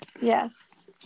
Yes